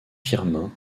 firmin